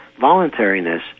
voluntariness